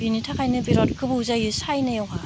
बेनि थाखायनो बिरात गोबाव जायो सायनायाव